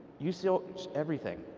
you so everything,